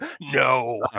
No